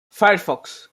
firefox